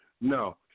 No